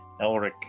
Elric